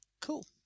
Cool